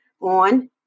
on